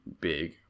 big